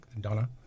Donna